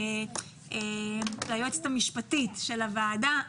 ליועצת המשפטית של הוועדה,